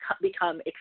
become